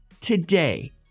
Today